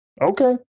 Okay